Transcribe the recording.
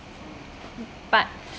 but